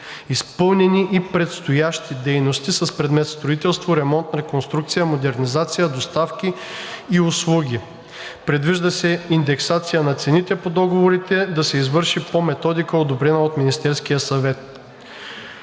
изпълнени и предстоящи дейности с предмет строителство, ремонт, реконструкция, модернизация, доставки и услуги. Предвижда се индексацията на цените по договорите да се извърши по методика, одобрена от Министерския съвет.